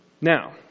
Now